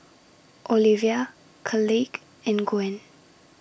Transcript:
Olivia Kaleigh and Gwyn